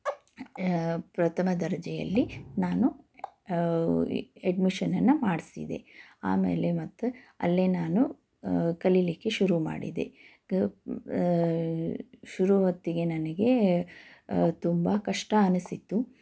ಪ್ರಥಮ ದರ್ಜೆಯಲ್ಲಿ ನಾನು ಎಡ್ಮಿಷನನ್ನ ಮಾಡ್ಸಿದೆ ಆಮೇಲೆ ಮತ್ತೆ ಅಲ್ಲೇ ನಾನು ಕಲೀಲಿಕ್ಕೆ ಶುರು ಮಾಡಿದೆ ಶುರು ಹೊತ್ತಿಗೆ ನನಗೆ ತುಂಬ ಕಷ್ಟ ಅನಿಸಿತು